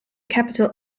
capital